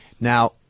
Now